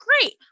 great